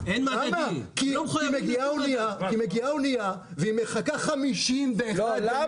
כי מגיעה אונייה והיא מחכה 51 ימים.